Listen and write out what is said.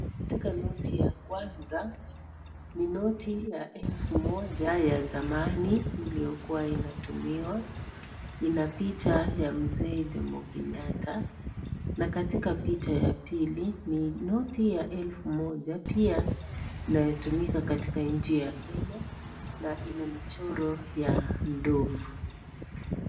Katika noti ya kwanza, ni noti ya elfu moja ya zamani, iliyokua inatumiwa. Ina picha ya mzee Jomo Kenyatta. Na katika picha ya pili, ni noti ya elfu moja, pia inayotumika katika nchi ya Kenya na ina michoro ya ndovu.